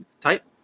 type